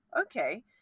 okay